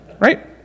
Right